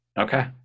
Okay